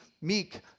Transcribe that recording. meek